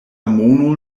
mono